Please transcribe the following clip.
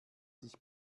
sich